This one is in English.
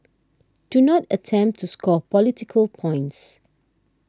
do not attempt to score political points